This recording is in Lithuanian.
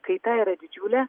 kaita yra didžiulė